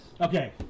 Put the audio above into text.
Okay